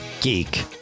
geek